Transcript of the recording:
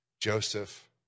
Joseph